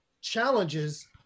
challenges